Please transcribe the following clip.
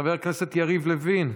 חבר הכנסת יריב לוין,